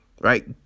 Right